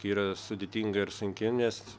yra sudėtinga ir sunki nes